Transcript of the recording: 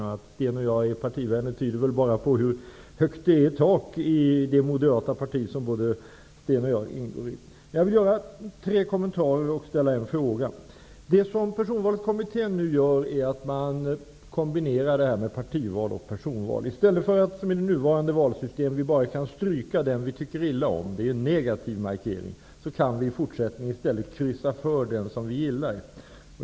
Att Sten Andersson och jag är partivänner tycker väl bara på hur högt det är i tak i det moderata parti som både Sten Andersson och jag ingår i. Jag vill göra tre kommentarer och ställa en fråga. Det som Personvalskommittén nu gör är att kombinera partival med personval. I det nuvarande valsystemet kan vi bara stryka den kandidat vi tycker illa om, dvs. göra en negativ markering. I stället skall vi i fortsättningen kunna kryssa för den kandidat vi gillar.